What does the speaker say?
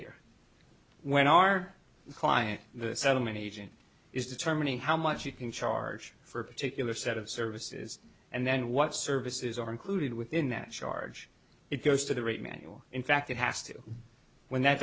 here when our client the settlement agent is determining how much you can charge for a particular set of services and then what services are included within that charge it goes to the right manual in fact it has to when that